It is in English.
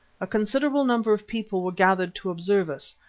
a considerable number of people were gathered to observe us,